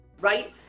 Right